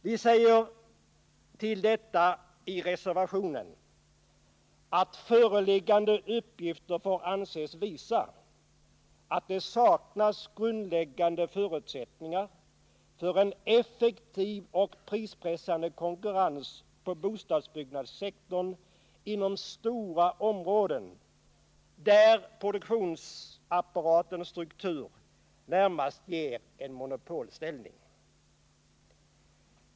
Vi säger i reservationen beträffande detta att föreliggande uppgifter får ”anses visa att det saknas grundläggande förutsättningar för en effektiv och prispressande konkurrens på bostadsbyggnadssektorn i stora områden där produktionsapparatens struktur närmast ger en monopolsituation”.